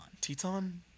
Teton